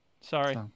Sorry